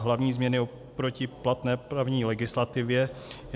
Hlavní změny oproti platné právní legislativě je...